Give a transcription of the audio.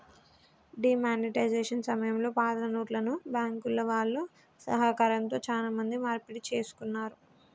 D monetisation సమయంలో పాతనోట్లను బ్యాంకుల వాళ్ళ సహకారంతో చానా మంది మార్పిడి చేసుకున్నారు